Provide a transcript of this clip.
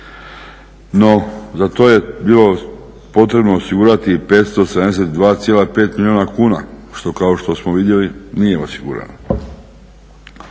No, za to je bilo potrebno osigurati 572,5 milijuna kuna što kao što smo vidjeli nije osigurano.